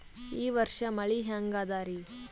ಈ ವರ್ಷ ಮಳಿ ಹೆಂಗ ಅದಾರಿ?